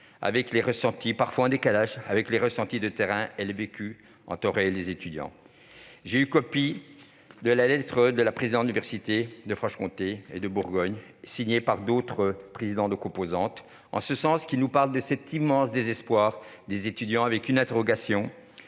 de la crise, parfois en décalage avec les ressentis de terrain et le vécu en temps réel des étudiants. J'ai eu copie de la lettre de la présidente de l'université de Franche-Comté et de Bourgogne, signée par d'autres présidents de composantes. Il y est fait référence à l'immense désespoir des étudiants, avec une interrogation